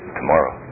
tomorrow